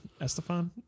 Estefan